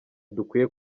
dukwiye